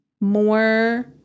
More